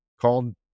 Called